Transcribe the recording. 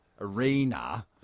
arena